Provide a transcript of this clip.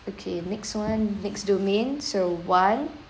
okay next one next domain so one